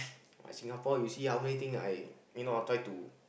I Singapore you see how many thing I you know try to